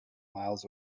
miles